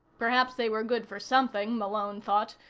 perhaps they were good for something, malone thought,